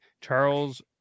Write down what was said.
Charles